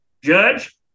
Judge